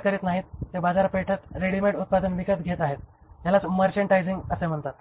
करीत नाहीत ते बाजारपेठेत रेडिमेड उत्पादन विकत घेत आहेत ह्यालाच मर्चंटायझिंग असे म्हणतात